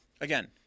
Again